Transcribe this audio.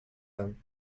them